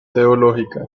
teológica